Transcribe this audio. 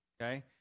okay